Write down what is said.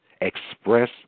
Express